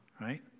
right